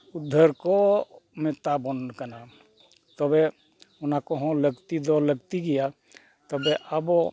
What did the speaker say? ᱩᱫᱽᱫᱷᱟᱹᱨ ᱠᱚ ᱢᱮᱛᱟᱵᱚᱱ ᱠᱟᱱᱟ ᱛᱚᱵᱮ ᱚᱱᱟ ᱠᱚᱦᱚᱸ ᱞᱟᱹᱠᱛᱤ ᱫᱚ ᱞᱟᱹᱠᱛᱤ ᱜᱮᱭᱟ ᱛᱵᱮ ᱟᱵᱚ